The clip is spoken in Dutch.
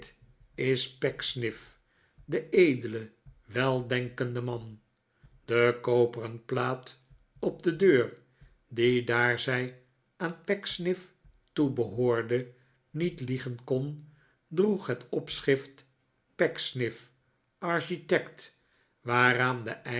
is pecksniff de edele weldenkende man de koperen plaat op de deur die daar zij aan pecksniff toebehoorde niet liegen kon droeg het opschriff pecksniff architect waaraan de